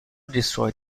destroy